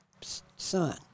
son